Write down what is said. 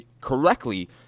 correctly